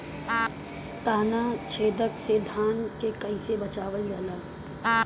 ताना छेदक से धान के कइसे बचावल जाला?